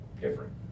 different